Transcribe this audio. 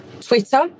Twitter